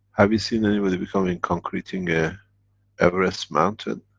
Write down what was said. have you seen anybody becoming. concreting a everest mountain?